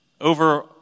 over